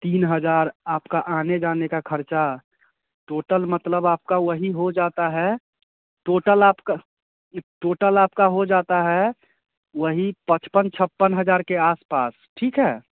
तीन हज़ार आपका आने जाने का खर्चा टोटल मतलब आपका वही हो जाता है टोटल आपका टोटल आपका हो जाता है वही पचपन छप्पन हज़ार के आस पास ठीक है